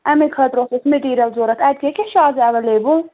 اَمے خٲطرٕ اوس اَسہِ میٹیٖریَل ضوٚرَتھ اَتہِ کیٛاہ کیٛاہ چھُ آز ایویلیبٕل